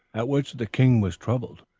at which the king was troubled,